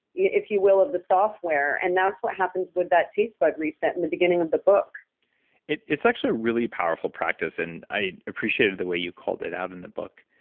if you will, of the software and that's what happens with that taste bud reset in the beginning of the book it's actually a really powerful practice. and i appreciated the way you called it out in the book.